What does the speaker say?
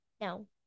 No